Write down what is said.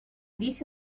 dice